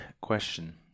question